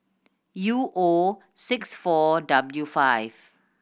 U O six four W five